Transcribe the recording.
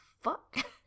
fuck